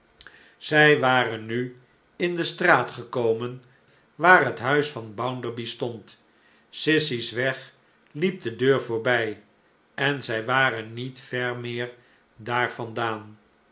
zij waren nu in de straat gekomenwaar het huis van bounderby stond sissy's weg hep de deur voorbij en zij waren niet ver meer daar vandaan